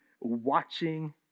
Watching